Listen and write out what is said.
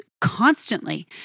constantly